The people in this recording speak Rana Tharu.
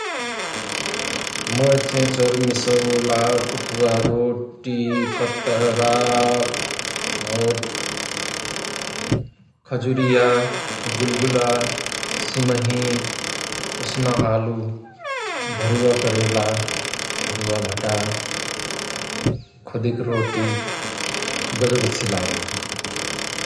मोय चेचर, मिसौला, कुथुवा रोटी, कतरा और खजुरिया, गुलगुला, सिमहि, उसना आलु, भरुवा करेला, भरुवा भटा, खुदिक रोटी गजव अच्छि लागतहयं ।